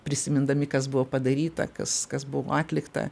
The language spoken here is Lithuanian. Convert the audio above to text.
prisimindami kas buvo padaryta kas kas buvo atlikta